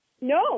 No